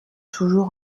toujours